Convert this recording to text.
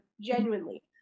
Genuinely